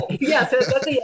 yes